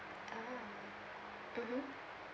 ah mmhmm